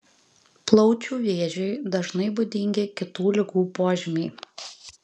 plaučių vėžiui dažnai būdingi kitų ligų požymiai